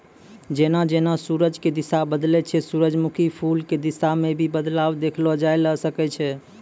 जेना जेना सूरज के दिशा बदलै छै सूरजमुखी फूल के दिशा मॅ भी बदलाव देखलो जाय ल सकै छै